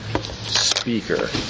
speaker